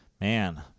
Man